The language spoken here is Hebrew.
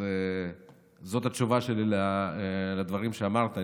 אז זאת התשובה שלי לדברים שאמרת.